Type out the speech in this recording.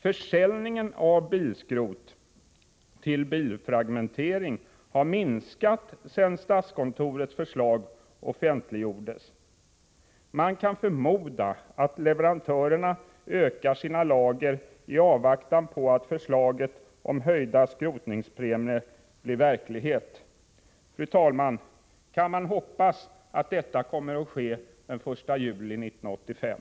Försäljningen av bilskrot till bilfragmentering har minskat sedan statskontorets förslag offentliggjordes. Man kan förmoda att leverantörerna ökar sina lager i avvaktan på att förslaget om höjda skrotningspremier blir verklighet. Fru talman! Kan man hoppas att detta kommer att ske den 1 juli 1985?